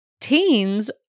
teens